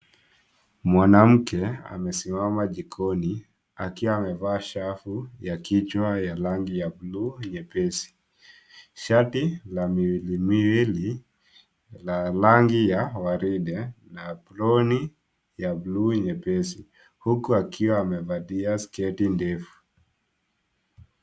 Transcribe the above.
Mwanamke amesimama jikoni akiwa amevaa shafu ya kichwa ya rangi ya bluu nyepesi. Shati la miwilimiwili la rangi ya waridi na broni ya bluu nyepesi huku akiwa amevaa sketi ndefu.